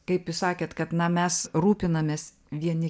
kaip jūs sakėt kad na mes rūpinamės vieni